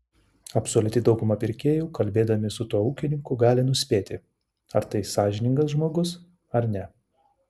absoliuti dauguma pirkėjų kalbėdami su tuo ūkininku gali nuspėti ar tai sąžiningas žmogus ar ne